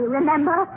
remember